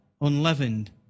unleavened